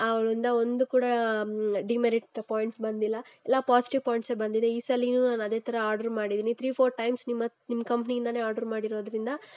ಅವಳಿಂದ ಒಂದು ಕೂಡ ಡಿಮೆರಿಟ್ ಪಾಯಿಂಟ್ಸ್ ಬಂದಿಲ್ಲ ಎಲ್ಲ ಪಾಸ್ಟಿವ್ ಪಾಯಿಂಟ್ಸ್ ಬಂದಿದೆ ಈ ಸಲಾನು ನಾನು ಅದೇ ಥರ ಆರ್ಡರ್ ಮಾಡಿದ್ದೀನಿ ಥ್ರಿ ಫೋರ್ ಟೈಮ್ಸ್ ನಿಮ್ಮ ಹತ್ತು ನಿಮ್ಮ ಕಂಪ್ನಿಯಿಂದಾನೆ ಆರ್ಡರ್ ಮಾಡಿರೋದ್ರಿಂದ